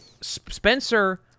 Spencer